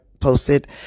posted